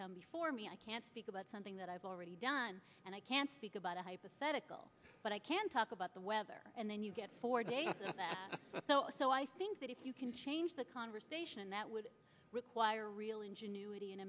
come before me i can't speak about something that i've already done and i can't speak about a hypothetical but i can talk about the weather and then you get four days so i think that if you can change the conversation and that would require real ingenuity and